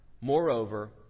Moreover